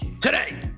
Today